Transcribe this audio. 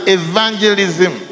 evangelism